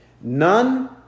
None